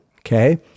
Okay